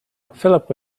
philip